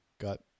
got